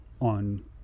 on